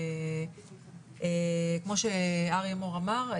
כמו שאריה מור אמר,